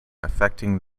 affecting